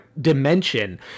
dimension